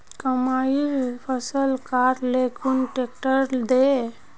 मकईर फसल काट ले कुन ट्रेक्टर दे?